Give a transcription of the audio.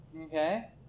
Okay